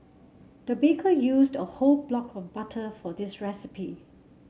the baker used a whole block of butter for this recipe